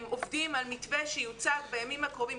הם עובדים על מתווה שיוצג בימים הקרובים.